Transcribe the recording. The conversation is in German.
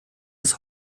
des